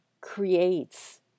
creates